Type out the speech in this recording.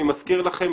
אני מזכיר לכם,